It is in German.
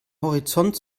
horizont